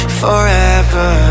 forever